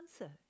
answer